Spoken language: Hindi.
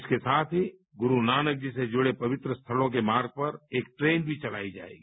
इसके साथ ही गुरू नानक जी से जुडे पवित्र स्थलों के मार्ग पर एक ट्रेन भी चलाई जाएगी